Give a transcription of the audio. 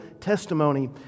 testimony